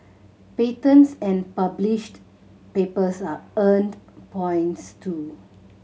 patents and published papers are earned points too